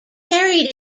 carried